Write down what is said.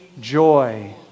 joy